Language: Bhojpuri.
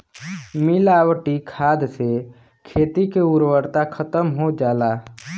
मिलावटी खाद से खेती के उर्वरता खतम हो जाला